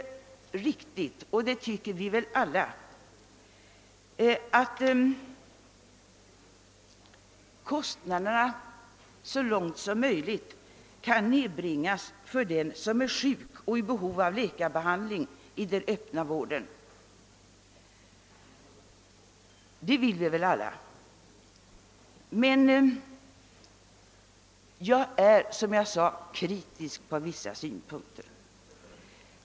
Visst tycker vi väl alla att kostnaderna bör nedbringas så långt som möjligt för den som är sjuk och i behov av läkarbehandling i den öppna vården, men jag är kritisk på vissa punkter.